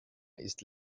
ist